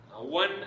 One